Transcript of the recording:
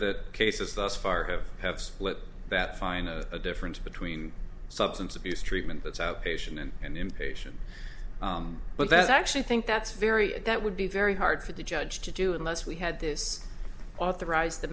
the cases thus far have have split that fine a difference between substance abuse treatment that's outpatient and an impatient but that's actually think that's very and that would be very hard for the judge to do unless we had this authorized the